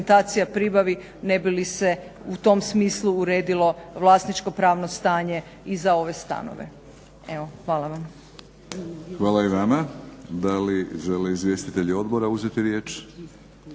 Hvala i vama. da li žele izvjestitelji Odbora uzeti riječ?